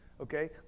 okay